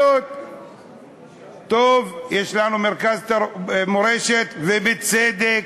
טוב, יש לנו מרכז מורשת, ובצדק,